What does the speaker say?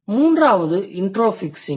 மூன்றாவது இண்ட்ரோஃபிக்ஸிங்